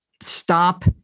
stop